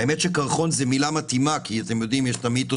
האמת היא שקרחון זו מילה מתאימה כי יש את המיתוס